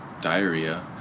diarrhea